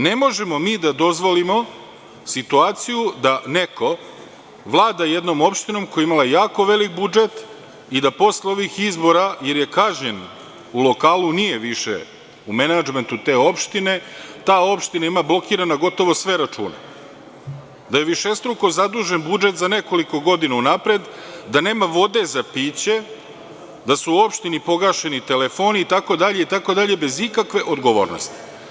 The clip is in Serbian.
Ne možemo mi da dozvolimo situaciju da neko vlada jednom opštinom koja je imala jako veliki budžet i da posle ovih izbora, jer je kažnjen u lokalu, nije više u menadžmentu te opštine, ta opština ima blokirane gotovo sve račune, da je višestruko zadužen budžet za nekoliko godina unapred, da nema vode za piće, da su u opštini pogašeni telefoni, itd, itd, bez ikakve odgovornosti.